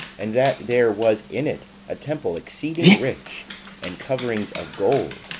and that there was in it a temple exceeding rich and coverings of gold,